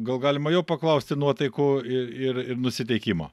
gal galima jo paklausti nuotaikų i ir ir nusiteikimo